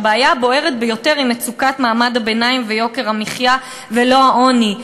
שהבעיה הבוערת ביותר היא מצוקת מעמד הביניים ויוקר המחיה ולא העוני.